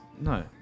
no